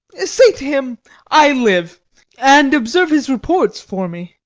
say to him i live and observe his reports for me.